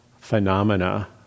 phenomena